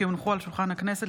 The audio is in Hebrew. כי הונחו על שולחן הכנסת,